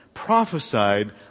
Prophesied